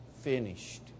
finished